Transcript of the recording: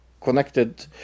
connected